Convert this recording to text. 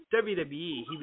WWE